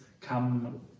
come